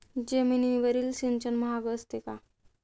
जमिनीवरील सिंचन महाग असते का?